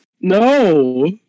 No